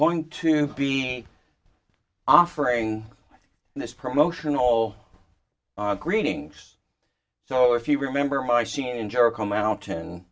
going to be offering this promotion all greetings so if you remember my scene in jericho mountain